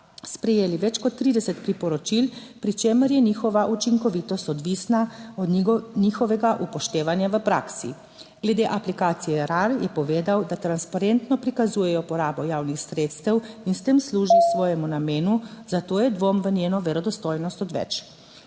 sprejeli več kot 30 priporočil, pri čemer je njihova učinkovitost odvisna od njihovega upoštevanja v praksi. Glede aplikacije Erar je povedal, da transparentno prikazujejo porabo javnih sredstev in s tem služi svojemu namenu, zato je dvom v njeno verodostojnost odveč.